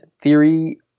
Theory